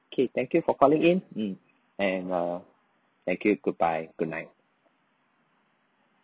K thank you for calling in mm and uh thank you goodbye good night